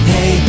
Hey